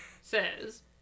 says